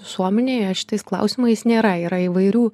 visuomenėje šitais klausimais nėra yra įvairių